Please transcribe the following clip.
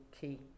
key